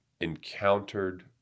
encountered